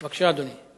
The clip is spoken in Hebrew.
בבקשה, אדוני.